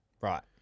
Right